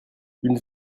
une